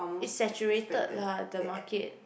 it's saturated lah the market